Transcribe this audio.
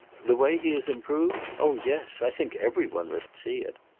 the way he has improved? oh yes i think every one must see it.